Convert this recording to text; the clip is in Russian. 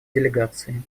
делегации